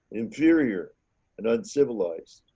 inferior and uncivilized.